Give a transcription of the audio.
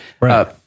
Right